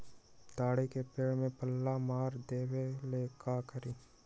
तोड़ी के पेड़ में पल्ला मार देबे ले का करी?